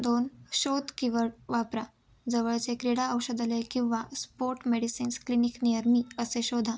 दोन शोध कि वड वापरा जवळचे क्रीडा औषधलय किंवा sport medicines clinic near me असे शोधा